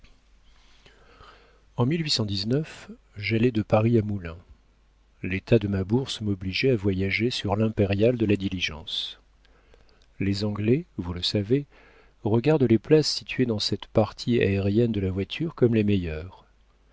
en j'allai de paris à moulins l'état de ma bourse m'obligeait à voyager sur l'impériale de la diligence les anglais vous le savez regardent les places situées dans cette partie aérienne de la voiture comme les meilleures